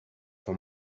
for